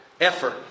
effort